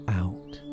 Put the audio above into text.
out